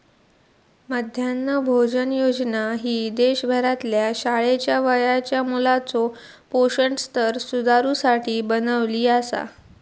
मध्यान्ह भोजन योजना ही देशभरातल्या शाळेच्या वयाच्या मुलाचो पोषण स्तर सुधारुसाठी बनवली आसा